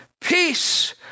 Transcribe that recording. Peace